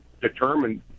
determined